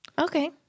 okay